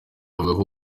avuga